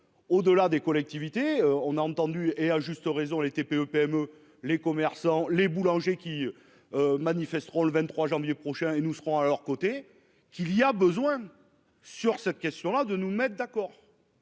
Au delà des collectivités. On a entendu et à juste raison les TPE-PME. Les commerçants, les boulangers qui. Manifesteront le 23 janvier prochain et nous serons à leur côté, qu'il y a besoin sur cette question là de nous mettre d'accord.--